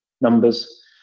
numbers